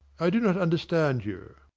i do not understand you.